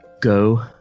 go